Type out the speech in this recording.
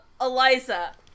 Eliza